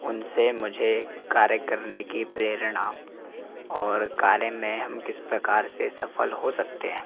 उन से मुझे कार्य करने की प्रेरणा और कार्य में हम किस प्रकार से सफल हो सकते हैं